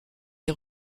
les